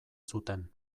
zuten